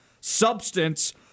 substance